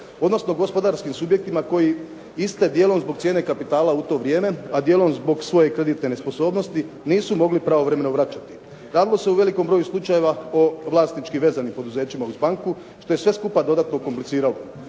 odnosno gospodarskim subjektima koji iste dijelom zbog cijene kapitala u to vrijeme, a dijelom zbog svoje kreditne nesposobnosti nisu mogli pravovremeno vraćati. Radilo se u velikom broju slučajeva o vlasnički vezanim poduzećima uz banku što je sve skupa dodatno kompliciralo.